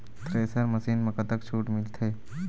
Thresher machine म कतक छूट मिलथे?